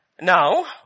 Now